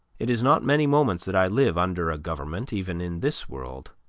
it is not many moments that i live under a government, even in this world.